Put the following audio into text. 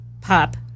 pop